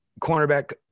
cornerback